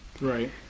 Right